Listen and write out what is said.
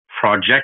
project